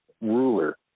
ruler